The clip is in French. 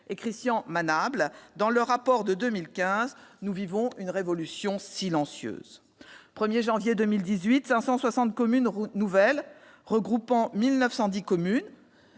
et Christian Manable dans leur rapport de 2015, nous vivons une « révolution silencieuse ». Au 1 janvier 2018, 560 communes nouvelles, regroupant 1910 communes